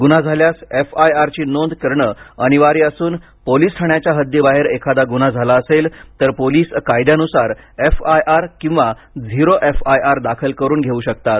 गुन्हा झाल्यास F I R ची नोंद करणं अनिवार्य असून पोलिस ठाण्याच्या हद्दीबाहेर एखादा गुन्हा झाला असेल तर पोलीस कायद्यानुसार एफ आय आर किंवा झिरो एफ आय आर दाखल करून घेऊ शकतात